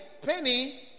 Penny